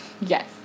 Yes